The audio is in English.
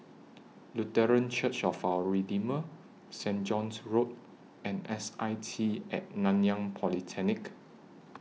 Lutheran Church of Our Redeemer Saint John's Road and S I T At Nanyang Polytechnic